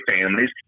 families